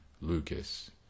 Lucas